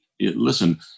Listen